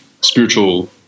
spiritual